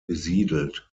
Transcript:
besiedelt